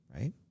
right